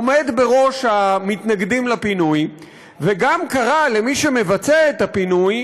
עומד בראש המתנגדים לפינוי וגם קרא למי שמבצע את הפינוי